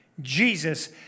Jesus